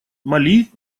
мали